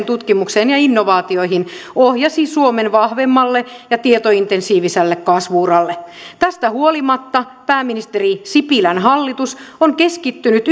tutkimukseen ja innovaatioihin ohjasi suomen vahvemmalle ja tietointensiiviselle kasvu uralle tästä huolimatta pääministeri sipilän hallitus on keskittynyt